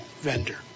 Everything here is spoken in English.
vendor